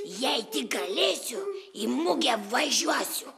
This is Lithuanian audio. jei tik galėsiu į mugę važiuosiu